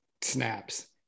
snaps